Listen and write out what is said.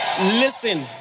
Listen